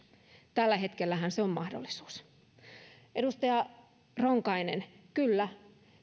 tällä hetkellähän se on mahdollisuus edustaja ronkainen kyllä